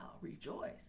rejoice